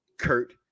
Kurt